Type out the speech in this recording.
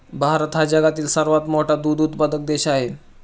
भारत हा जगातील सर्वात मोठा दूध उत्पादक देश आहे